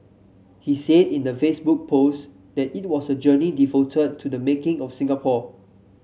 he said in the Facebook post that it was a journey devoted to the making of Singapore